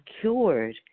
cured